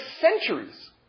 centuries